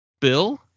bill